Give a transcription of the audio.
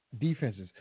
Defenses